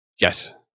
Yes